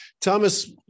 Thomas